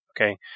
Okay